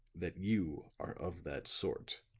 that you are of that sort.